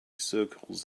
circles